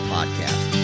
Podcast